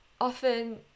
often